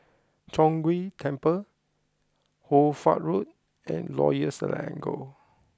Chong Ghee Temple Hoy Fatt Road and Royal Selangor